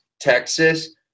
Texas